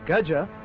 raja